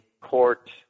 court